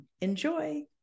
Enjoy